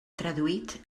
traduït